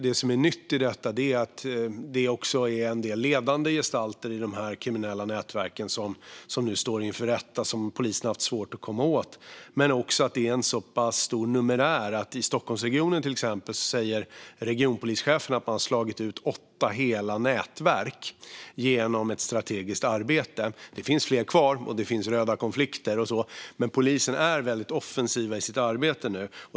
Det som är nytt i detta är att det är en del ledande gestalter i de kriminella nätverken som nu står inför rätta, som polisen har haft svårt att komma åt. Det är också en stor numerär. I till exempel Stockholmsregionen säger regionpolischefen att man har slagit ut åtta hela nätverk genom ett strategiskt arbete. Det finns fler kvar, och det finns röda konflikter. Men polisen är väldigt offensiv i sitt arbete nu.